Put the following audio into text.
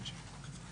בבקשה.